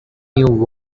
new